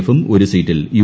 എഫും ഒരു സീറ്റിൽ യു